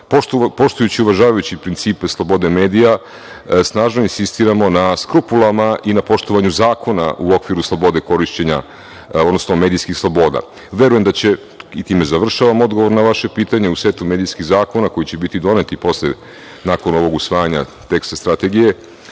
poštujući i uvažavajući principe slobode medija snažno insistiramo na skrupulama i na poštovanju zakona u okviru slobode korišćenja, odnosno medijskih sloboda. Verujem da će, time završavam, odgovor na vaše pitanje u setu medijskih zakona koji će biti doneti nakon ovog usvajanja teksta medijske